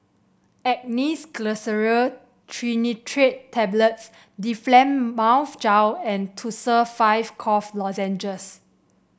Angised Glyceryl Trinitrate Tablets Difflam Mouth Gel and Tussils five Cough Lozenges